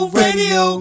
radio